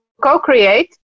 co-create